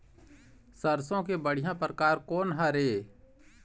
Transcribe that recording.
सरसों के बढ़िया परकार कोन हर ये?